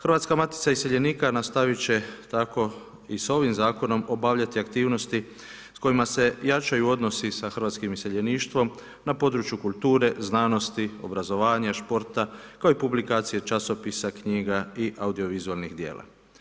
Hrvatska matica iseljenika nastavit će tako i s ovim zakonom obavljati aktivnosti s kojima se jačaju odnosi s hrvatskim iseljeništvom na području kuluture, znanosti, obrazovanja, sporta kao i publikacije, časopisa, knjiga i audiovizualnih djela.